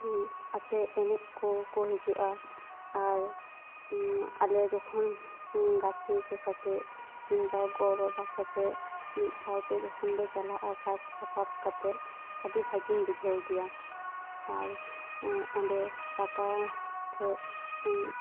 ᱟᱛᱮᱫ ᱮᱱᱮᱡ ᱠᱚᱠᱚ ᱦᱤᱡᱩᱜᱼᱟ ᱟᱨ ᱟᱞᱮ ᱡᱚᱠᱷᱚᱱ ᱜᱟᱛᱮ ᱠᱚ ᱥᱟᱛᱮᱫ ᱠᱤᱢᱵᱟ ᱜᱚ ᱵᱟᱵᱟ ᱥᱟᱛᱮᱫ ᱢᱤᱫ ᱥᱟᱶᱛᱮ ᱡᱚᱠᱷᱚᱱ ᱞᱮ ᱪᱟᱞᱟᱜᱼᱟ ᱥᱟᱡᱽᱼᱥᱟᱯᱟᱵᱽ ᱠᱟᱛᱮ ᱟᱹᱰᱤ ᱵᱷᱟᱜᱮᱧ ᱵᱩᱡᱷᱟᱹᱣ ᱜᱮᱭᱟ ᱟᱨ ᱚᱸᱰᱮ ᱯᱟᱛᱟ ᱴᱷᱮᱱ